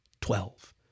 twelve